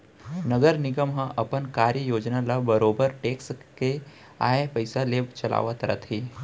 नगर निगम ह अपन कार्य योजना ल बरोबर टेक्स के आय पइसा ले चलावत रथे